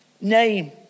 name